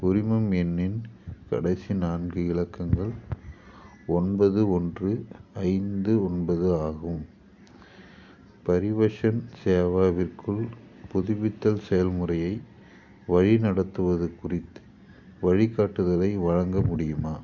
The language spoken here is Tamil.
உரிமம் எண்ணின் கடைசி நான்கு இலக்கங்கள் ஒன்பது ஒன்று ஐந்து ஒன்பது ஆகும் பரிவஷன் சேவாவிற்குள் புதுப்பித்தல் செயல்முறையை வழிநடத்துவது குறித்து வழிகாட்டுதலை வழங்க முடியுமா